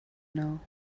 know